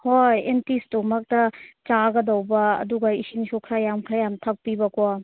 ꯍꯣꯏ ꯑꯦꯝꯇꯤ ꯏꯁꯇꯣꯃꯥꯛꯇ ꯆꯥꯒꯗꯧꯕ ꯑꯗꯨꯒ ꯏꯁꯤꯡꯁꯨ ꯈꯔ ꯌꯥꯝ ꯈꯔ ꯌꯥꯝ ꯊꯛꯄꯤꯕꯀꯣ